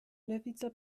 lewica